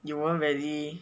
you won't really